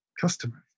customers